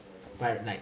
but like